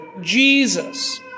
Jesus